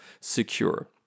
secure